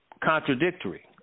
contradictory